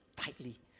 tightly